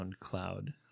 SoundCloud